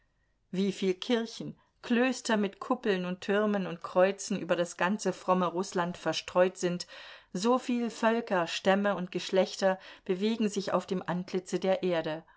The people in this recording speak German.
wieviel kirchen klöster mit kuppeln und türmen und kreuzen über das ganze fromme rußland verstreut sind soviel völker stämme und geschlechter bewegen sich auf dem antlitze der erde